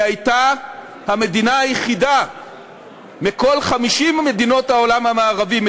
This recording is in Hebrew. היא הייתה המדינה היחידה מכל 50 מדינות העולם המערבי,